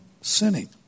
sinning